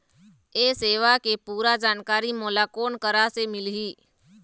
ये सेवा के पूरा जानकारी मोला कोन करा से मिलही?